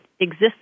exists